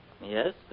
Yes